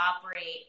operate